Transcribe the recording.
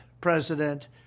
president